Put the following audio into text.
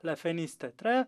lefenis teatre